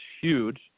huge